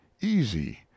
easy